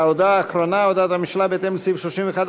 וההודעה האחרונה: הודעת הממשלה בהתאם לסעיף 31(א)